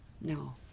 No